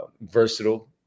versatile